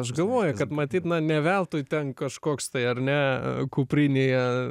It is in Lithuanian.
aš galvoju kad matyt ne veltui ten kažkoks tai ar ne kuprinėje